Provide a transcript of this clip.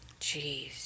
Jeez